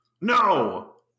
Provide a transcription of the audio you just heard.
No